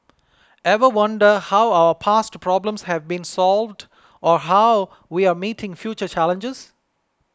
ever wonder how our past problems have been solved or how we are meeting future challenges